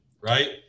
Right